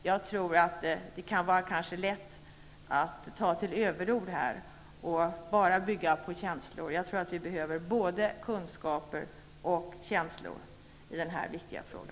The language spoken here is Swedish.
Jag tror att det kan vara lätt att ta till överord i detta sammanhang och bara bygga på känslor. Jag tror att vi behöver både kunskaper och känslor i denna viktiga fråga.